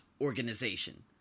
organization